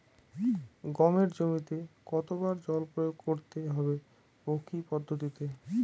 গমের জমিতে কতো বার জল প্রয়োগ করতে হবে ও কি পদ্ধতিতে?